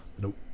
Nope